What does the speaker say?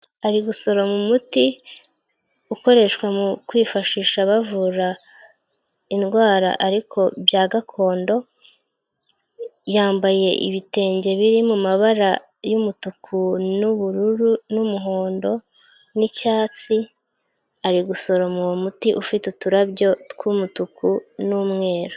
Ari gusoroma muti ukoreshwa mu kwifashisha bavura indwara, ariko bya gakondo, yambaye ibitenge biri mu mabara y'umutuku n'ubururu, n'umuhondo n'icyatsi, ari gusoroma uwo muti ufite uturabyo tw'umutuku n'umweru.